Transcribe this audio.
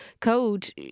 code